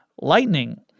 lightning